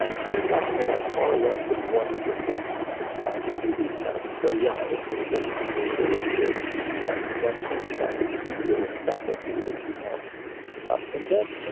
like so you're talking about far less than one percent to do these tests. so yeah, it's it's ah a very good investment, in fact to keep your faculties as you know um and then,